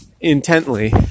intently